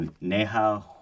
Neha